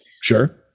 sure